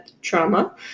trauma